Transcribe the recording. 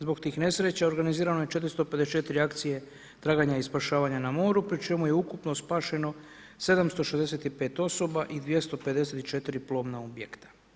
Zbog tih nesreća organizirano je 454 akcije traganja i spašavanja na moru pri čemu je ukupno spašeno 765 osoba i 254 plovna objekta.